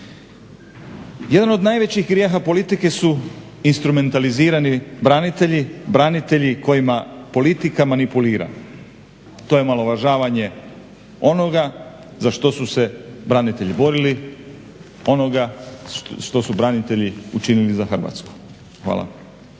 Jedan od najvećih grijeha politike su instrumentalizirani branitelji, branitelji kojima politika manipulira. To je omalovažavanje onoga za što su se branitelji borili, onoga što su branitelji učinili za Hrvatsku. Hvala.